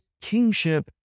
kingship